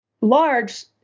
large